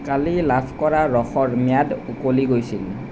কালি লাভ কৰা ৰসৰ ম্যাদ উকলি গৈছিল